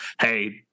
hey